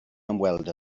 ymweld